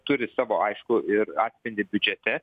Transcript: turi savo aišku ir atspindį biudžete